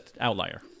outlier